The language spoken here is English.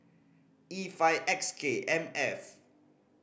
E five X K M F